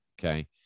Okay